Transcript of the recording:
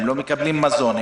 הם לא מקבלים מזון.